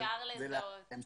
אפשר לזהות.